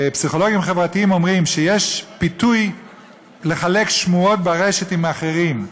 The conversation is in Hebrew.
פסיכולוגים חברתיים אומרים שיש פיתוי לחלוק שמועות ברשת עם האחרים.